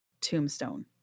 Tombstone